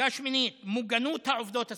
מכה שמינית: מוגנות העובדות הסוציאליות,